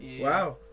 Wow